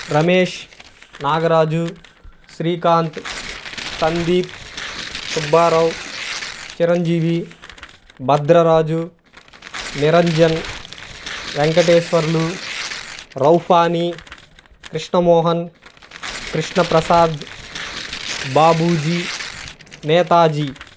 Ramesh Nagaraju Srikanth Sandeep Subbarao Chiranjeevi Bhadraraju Niranjan Venkateswarlu Raufani Krishnamohan Krishnaprasad Babuji Netaji